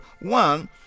One